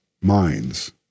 Minds